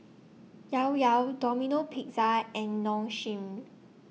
Llao Llao Domino Pizza and Nong Shim